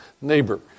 neighbor